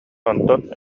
онтон